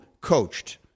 coached